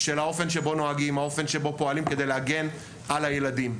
של האופן שבו נוהגים והאופן שבו פועלים כדי להגן על הילדים.